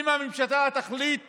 תחליט